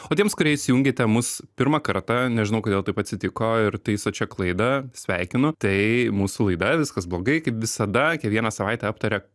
o tiems kurie įsijungėte mus pirmą kartą nežinau kodėl taip atsitiko ir taisot šią klaidą sveikinu tai mūsų laida viskas blogai kaip visada kiekvieną savaitę aptaria